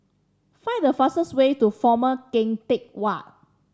find the fastest way to Former Keng Teck Whay